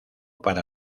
para